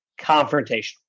confrontational